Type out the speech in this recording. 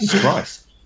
christ